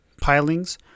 pilings